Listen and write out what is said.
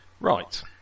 Right